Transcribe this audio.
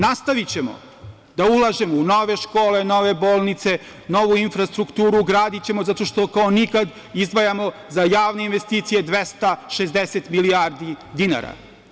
Nastavićemo da ulažemo u nove škole, nove bolnice, novu infrastrukturu, gradićemo zato što, kao nikad, izdvajamo za javne investicije 260 milijardi dinara.